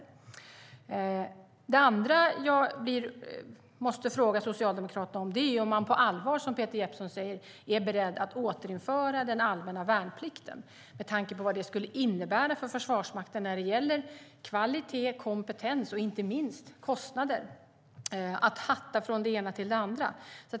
För det andra måste jag fråga Socialdemokraterna om de på allvar är beredda att, som Peter Jeppsson säger, återinföra den allmänna värnplikten. Jag tänker på vad det skulle innebära för Försvarsmakten när det gäller kvalitet, kompetens och inte minst kostnader att hatta från det ena till det andra.